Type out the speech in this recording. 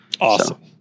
Awesome